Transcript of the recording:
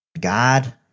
God